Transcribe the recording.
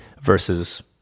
versus